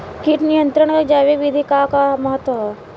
कीट नियंत्रण क जैविक विधि क का महत्व ह?